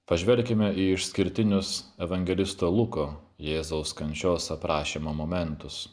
pažvelkime į išskirtinius evangelisto luko jėzaus kančios aprašymo momentus